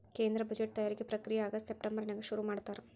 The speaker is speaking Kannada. ಕೇಂದ್ರ ಬಜೆಟ್ ತಯಾರಿಕೆ ಪ್ರಕ್ರಿಯೆ ಆಗಸ್ಟ್ ಸೆಪ್ಟೆಂಬರ್ನ್ಯಾಗ ಶುರುಮಾಡ್ತಾರ